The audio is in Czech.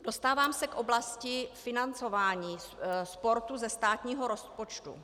Dostávám se k oblasti financování sportu ze státního rozpočtu.